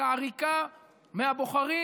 את העריקה מהבוחרים,